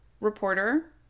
reporter